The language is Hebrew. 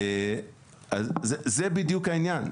אז זה בדיוק העניין.